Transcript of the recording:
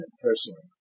personally